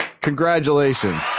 Congratulations